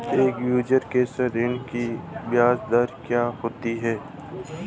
Education ऋृण की ब्याज दर क्या होती हैं?